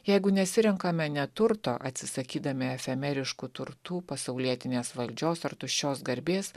jeigu nesirenkame neturto atsisakydami efemeriškų turtų pasaulietinės valdžios ar tuščios garbės